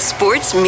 Sports